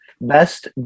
best